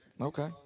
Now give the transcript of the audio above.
Okay